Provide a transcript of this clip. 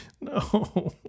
No